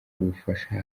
ubufasha